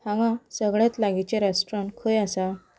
हांंगा सगळ्यांत लागींचें रॅस्टोरंट खंय आसा